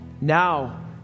Now